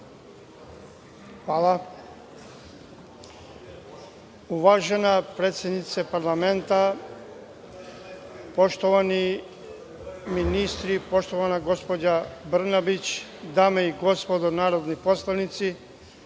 Hvala. Uvažena predsednice Parlamenta, poštovani ministri, poštovana gospođo Brnabić, dame i gospodo narodni poslanici,